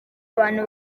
abantu